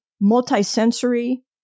multi-sensory